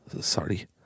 sorry